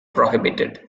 prohibited